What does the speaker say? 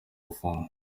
gufungwa